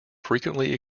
frequently